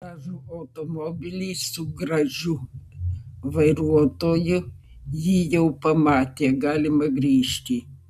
gražų automobilį su gražiu vairuotoju ji jau pamatė galima grįžti